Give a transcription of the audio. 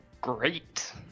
Great